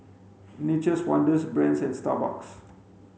Nature's Wonders Brand's and Starbucks